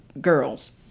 girls